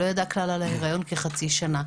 לא ידעה כלל על ההיריון כחצי שנה.